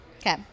Okay